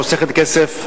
חוסכת כסף,